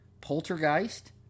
Poltergeist